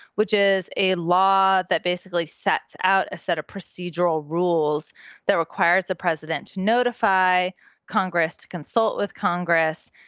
which is a law that basically sets out a set of procedural rules that requires the president to notify congress, to consult with congress,